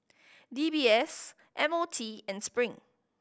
D B S M O T and Spring